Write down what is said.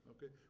Okay